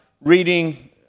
reading